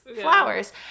flowers